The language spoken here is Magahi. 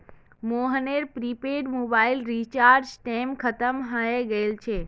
मोहनेर प्रीपैड मोबाइल रीचार्जेर टेम खत्म हय गेल छे